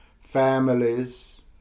families